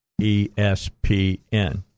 ESPN